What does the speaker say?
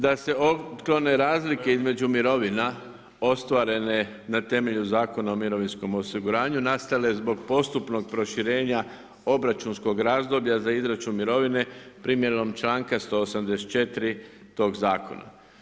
Da se otklone razlike između mirovina ostvarene na temelju Zakona o mirovinskom osiguranju nastale zbog postupnog proširenja obračunskog razdoblja za izračun mirovine primjenom članka 184. tog zakona.